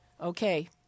okay